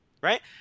Right